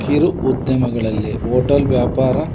ಕಿರು ಉದ್ದಿಮೆಗಳಲ್ಲಿ ಓಟಲ್ ವ್ಯಾಪಾರ